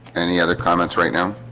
any other comments right now,